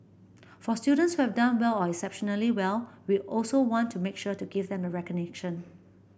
for students who have done well or exceptionally well we also want to make sure to give them the recognition